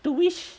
two wish